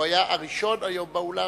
והוא היה הראשון היום באולם.